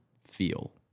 feel